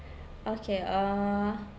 okay uh